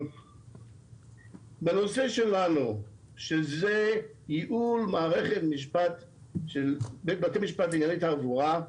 בנושא שלנו, שזה ייעול בתי המשפט לענייני תעבורה,